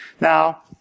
Now